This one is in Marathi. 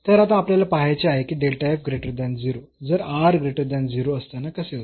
तर आता आपल्याला पहायचे आहे की असताना कसे होते